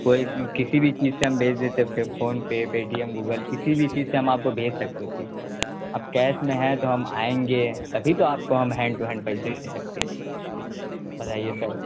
کوئی کسی بھی چیز سے ہم بھیج دیتے PhonePe Paytm Google کسی بھی چیز سے ہم آپ کو بھیج سکتے تھے اب کیش میں ہے تو ہم آئیں گے تبھی تو آپ کو ہم ہینڈ ٹو ہینڈ پیسے دے سکتے ہیں بتائیے سر